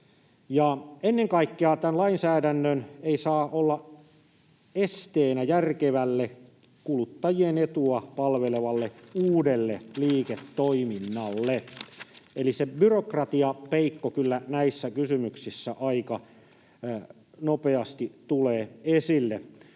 Ennen kaikkea tämä lainsäädäntö ei saa olla esteenä järkevälle kuluttajien etua palvelevalle uudelle liiketoiminnalle, eli se byrokratiapeikko kyllä näissä kysymyksissä aika nopeasti tulee esille.